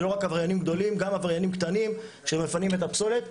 זה לא רק עבריינים גדולים גם עבריינים קטנים שמפנים את הפסולת,